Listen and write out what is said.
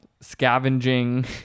scavenging